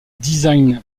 design